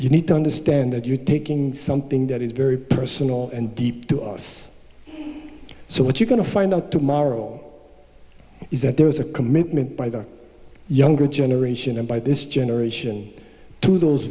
you need to understand that you're taking something that is very personal and deep to us so what you're going to find out tomorrow is that there is a commitment by the younger generation and by this generation t